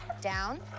down